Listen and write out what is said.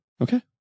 Okay